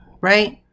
right